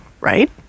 right